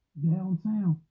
downtown